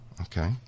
okay